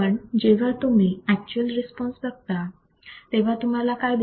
पण जेव्हा तूम्ही अॅक्च्युअल रिस्पॉन्स बघता तेव्हा तुम्हाला काय दिसते